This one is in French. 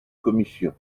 commission